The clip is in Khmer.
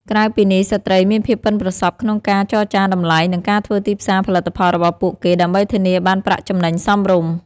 ក្រៅពីនេះ ស្ត្រីមានភាពប៉ិនប្រសប់ក្នុងការចរចាតម្លៃ និងការធ្វើទីផ្សារផលិតផលរបស់ពួកគេ ដើម្បីធានាបានប្រាក់ចំណេញសមរម្យ។